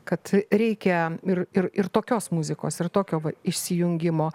kad reikia ir ir ir tokios muzikos ir tokio va išsijungimo